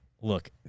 look